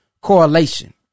correlation